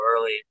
early